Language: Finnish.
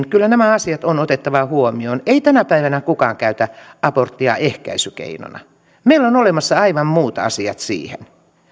kyllä nämä asiat on otettava huomioon ei tänä päivänä kukaan käytä aborttia ehkäisykeinona meillä on olemassa aivan muut asiat siihen